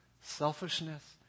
selfishness